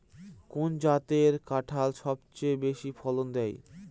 কোন জাতের কাঁঠাল সবচেয়ে বেশি ফলন দেয়?